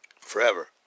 forever